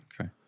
Okay